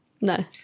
No